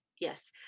Yes